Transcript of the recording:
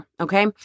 okay